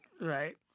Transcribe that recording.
Right